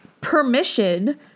permission